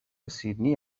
سیدنی